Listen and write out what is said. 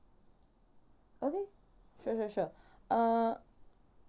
okay sure sure sure uh